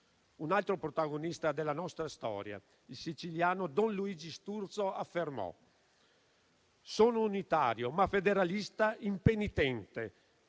Un altro protagonista della nostra storia, il siciliano don Luigi Sturzo, affermò: «sono unitario, ma federalista impenitente».